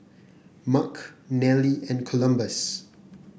Mark Nelly and Columbus